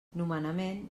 nomenament